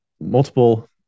multiple